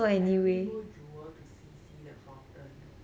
I only go jewel to see see the fountain